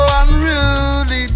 unruly